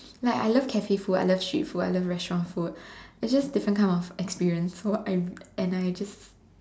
like I love cafe food I love cheap food I love restaurant food it's just different kind of experience so I and I just